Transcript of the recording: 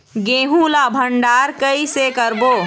गेहूं ला भंडार कई से करबो?